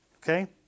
Okay